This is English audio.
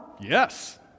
Yes